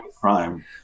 crime